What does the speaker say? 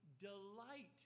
delight